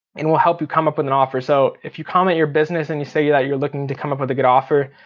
and we'll help you come up with an offer. so if you comment your business and you say that you're looking to come up with a good offer,